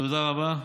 תודה רבה.